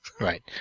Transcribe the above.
Right